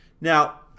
Now